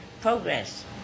progress